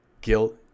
guilt